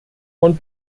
und